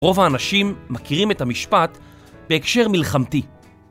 רוב האנשים מכירים את המשפט בהקשר מלחמתי.